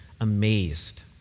amazed